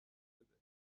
بده